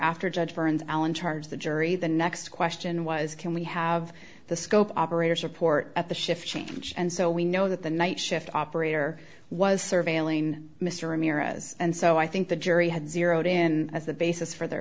after judge for an allen charge the jury the next question was can we have the scope operator support at the shift change and so we know that the night shift operator was surveilling mr ramirez and so i think the jury had zeroed in as the basis for the